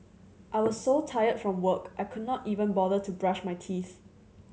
I was so tired from work I could not even bother to brush my teeth